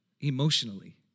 emotionally